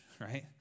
right